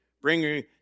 bring